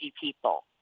people